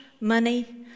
money